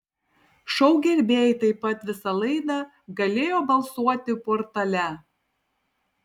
šou gerbėjai taip pat visą laidą galėjo balsuoti portale